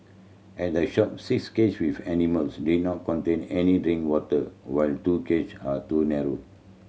at the shop six cage with animals did not contain any drinking water while two cage are too narrow